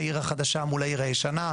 העיר החדשה מול העיר הישנה.